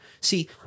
See